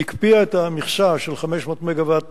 הקפיאה את המכסה של 500 מגוואט